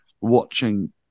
watching